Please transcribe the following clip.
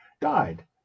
died